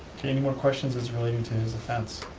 okay, any more questions as relating to his offense?